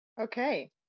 Okay